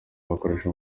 bakoresha